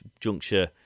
juncture